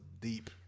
deep